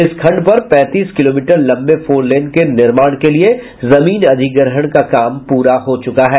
इस खण्ड पर पैंतीस किलोमीटर लंबे फोरलेन के निर्माण के लिये जमीन अधिग्रहण का काम पूरा हो चुका है